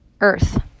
earth